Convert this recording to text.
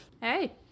Hey